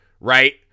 Right